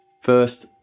First